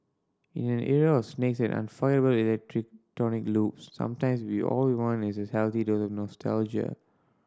in an era of snakes and forgettable electronic loops sometimes we all want is a healthy dose of nostalgia